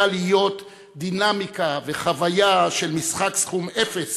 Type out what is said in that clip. להיות דינמיקה וחוויה של משחק סכום אפס